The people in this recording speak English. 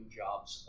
jobs